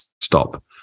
stop